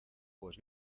pues